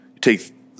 take